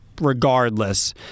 regardless